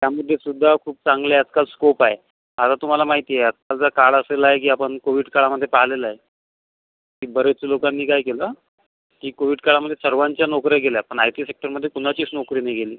त्यामध्ये सुद्धा खूप चांगले आजकाल स्कोप आहे आता तुम्हाला माहिती आहे आत्ताचा काळ असा आहे की आपण कोव्हिड काळामध्ये पाहिलेलं आहे की बरेचसे लोकांनी काय केलं की कोव्हिड काळामध्ये सर्वांच्या नोकऱ्या गेल्या पण आय टी सेक्टरमध्ये कुणाचीच नोकरी नाही गेली